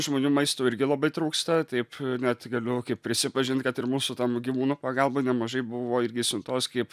žmonių maisto irgi labai trūksta taip net galiu prisipažint kad ir mūsų tam gyvūnų pagalba nemažai buvo irgi siuntos kaip